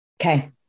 Okay